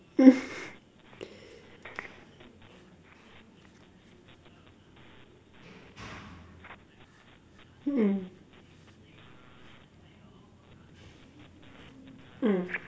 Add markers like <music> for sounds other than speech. <laughs> mm mm